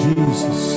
Jesus